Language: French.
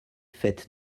faite